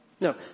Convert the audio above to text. no